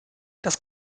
das